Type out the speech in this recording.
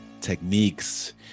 techniques